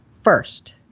first